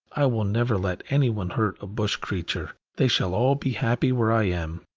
i will never let anyone hurt a bush creature. they shall all be happy where i am.